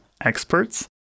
experts